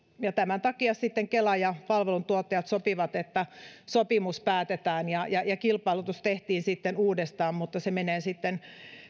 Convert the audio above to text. tämän takia sitten kela ja palveluntuottajat sopivat että sopimus päätetään ja ja kilpailutus tehtiin sitten uudestaan mutta se menee sitten